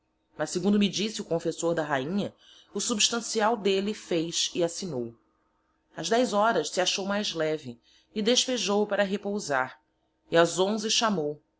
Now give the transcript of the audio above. mas segundo me dixe o confessor da rainha o substancial delle fez e assinou ás dez horas se achou mais leve e despejou para repousar e ás onze chamou